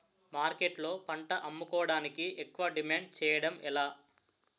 మార్కెట్లో పంట అమ్ముకోడానికి ఎక్కువ డిమాండ్ చేయడం ఎలా?